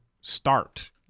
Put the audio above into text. start